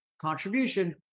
contribution